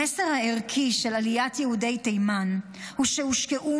המסר הערכי של עליית יהודי תימן הוא שהושקעו